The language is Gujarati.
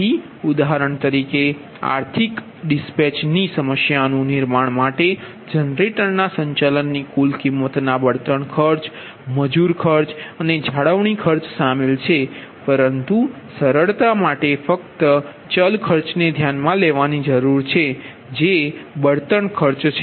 તેથી ઉદાહરણ તરીકે આર્થિક રવાનગી ની સમસ્યાનું નિર્માણ માટે જનરેટરના સંચાલનની કુલ કિંમતમાં બળતણ ખર્ચ મજૂર ખર્ચ અને જાળવણી ખર્ચ શામેલ છે પરંતુ સરળતા માટે ફક્ત ચલ ખર્ચને ધ્યાનમાં લેવાની જરૂર છે તે છે બળતણ ખર્ચ